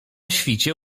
świcie